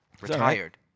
Retired